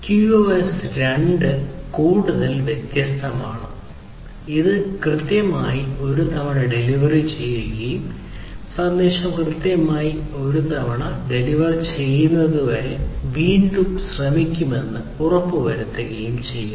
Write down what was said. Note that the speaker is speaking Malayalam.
QoS 2 കൂടുതൽ വ്യത്യസ്തമാണ് ഇത് കൃത്യമായി ഒരു തവണ ഡെലിവറി ചെയ്യുകയും സന്ദേശം കൃത്യമായി ഒരു തവണ ഡെലിവർ ചെയ്യുന്നതുവരെ വീണ്ടും ശ്രമിക്കുമെന്ന് ഉറപ്പുവരുത്തുകയും ചെയ്യുന്നു